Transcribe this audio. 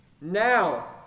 Now